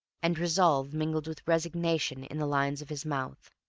and resolve mingled with resignation in the lines of his mouth.